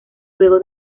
luego